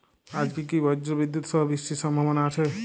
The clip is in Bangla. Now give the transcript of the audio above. আজকে কি ব্রর্জবিদুৎ সহ বৃষ্টির সম্ভাবনা আছে?